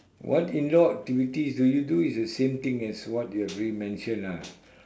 what indoor activities do you do is the same thing as what you have already mentioned ah